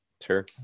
Sure